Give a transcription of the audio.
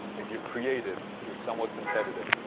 if you're creative, if you're somewhat competitive,